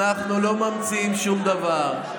אנחנו לא ממציאים שום דבר.